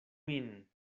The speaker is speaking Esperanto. min